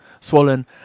swollen